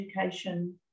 education